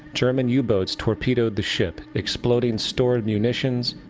german u-boats torpedoed the ship, exploding stored ammunitions,